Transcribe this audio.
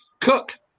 Cook